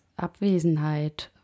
Abwesenheit